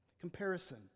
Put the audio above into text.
Comparison